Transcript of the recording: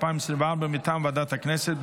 חוה אתי עטייה וקבוצת חברי הכנסת.